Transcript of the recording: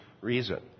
reason